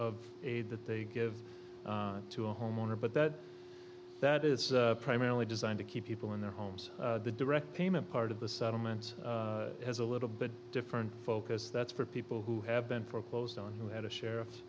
of aid that they give to a homeowner but that that is primarily designed to keep people in their homes the direct payment part of the settlement as a little bit different focus that's for people who have been foreclosed on who had a sheriff's